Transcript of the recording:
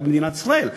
במדינת ישראל,